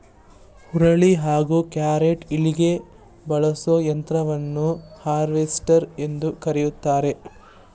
ಹುರುಳಿ ಹಾಗೂ ಕ್ಯಾರೆಟ್ಕುಯ್ಲಿಗೆ ಬಳಸೋ ಯಂತ್ರವನ್ನು ಹಾರ್ವೆಸ್ಟರ್ ಎಂದು ಕರಿತಾರೆ